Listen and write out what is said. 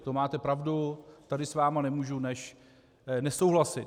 To máte pravdu, tady s vámi nemůžu než nesouhlasit.